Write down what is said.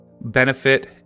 benefit